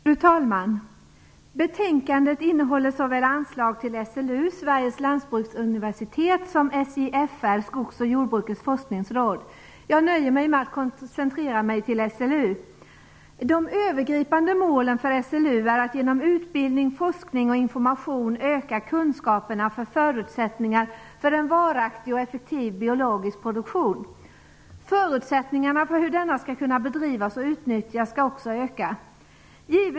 Fru talman! Betänkandet behandlar såväl anslag till SLU, Sveriges lantbruksuniversitet, som till SJFR, Skogs och jordbrukets forskningsråd. Jag nöjer mig med att koncentrera mig på SLU. De övergripande målen för SLU är att genom utbildning, forskning och information öka kunskaperna och förutsättningarna för en varaktig och effektiv biologisk produktion. Förutsättningarna för att denna skall kunna bedrivas och utnyttjas skall också öka.